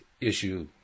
issue